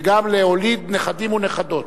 וגם להוליד נכדים ונכדות.